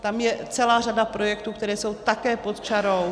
Tam je celá řada projektů, které jsou také pod čarou.